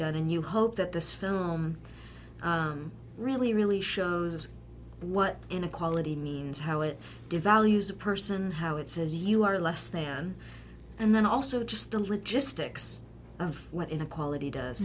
done and you hope that this film really really shows us what inequality means how it devalues a person how it says you are less than and then also just the logistics of what inequality does